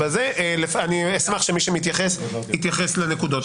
אשמח שמי שמתייחס, יתייחס לנקודות.